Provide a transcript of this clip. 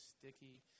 sticky